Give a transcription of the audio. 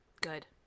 Good